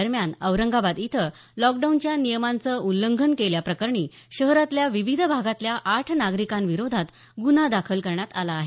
दरम्यान औरंगाबाद इथं लॉकडाऊनच्या नियमांचं उल्लंघन केल्याप्रकरणी शहरातल्या विविध भागातल्या आठ नागरिकांविरोधात गुन्हा दाखल करण्यात आला आहे